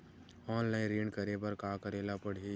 Online ऋण करे बर का करे ल पड़हि?